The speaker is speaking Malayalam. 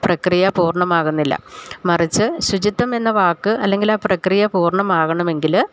പ്രക്രിയ പൂർണ്ണമാകുന്നില്ല മറിച്ച് ശുചിത്വം എന്ന വാക്ക് അല്ലെങ്കിൽ ആ പ്രക്രിയ പൂർണ്ണമാകണമെങ്കില്